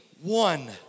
one